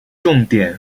重点